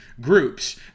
groups